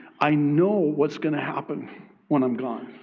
i know what's going to happen when i'm gone.